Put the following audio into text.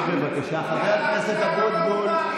חוק-יסוד: השוויון דואג גם לך.